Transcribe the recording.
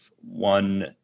one